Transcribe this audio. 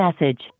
message